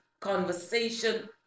conversation